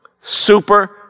Super